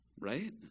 Right